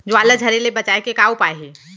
ज्वार ला झरे ले बचाए के का उपाय हे?